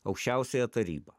aukščiausiąją tarybą